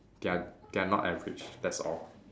they're they're not average that's all